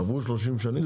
עברו 30 שנים?